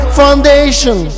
foundation